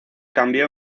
cambió